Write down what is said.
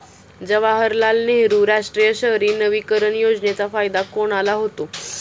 जवाहरलाल नेहरू राष्ट्रीय शहरी नवीकरण योजनेचा फायदा कोणाला होतो?